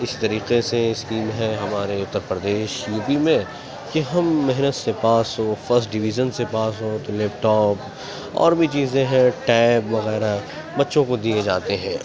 اس طریقے سے اسکیم ہے ہمارے اتر پردیش یو پی میں کہ ہم محنت سے پاس ہوں فسٹ ڈویزن سے پاس ہوں تو لیپ ٹاپ اور بھی چیزیں ہیں ٹیب وغیرہ بچوں کو دیے جاتے ہیں